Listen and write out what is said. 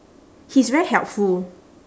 he's very helpful